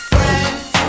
Friends